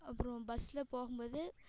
அப்றம் பஸில் போகும் போது